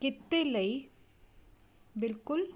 ਕਿੱਤੇ ਲਈ ਬਿਲਕੁਲ